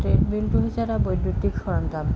ট্ৰেডমিলটো হৈছে এটা বৈদ্যুতিক সৰঞ্জাম